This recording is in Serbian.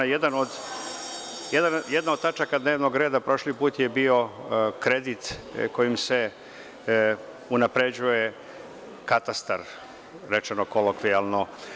Jedna od tačaka dnevnog reda prošli put je bio kredit kojim se unapređuje katastar, rečeno kolokvijalno.